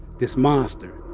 this monster,